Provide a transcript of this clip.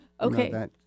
Okay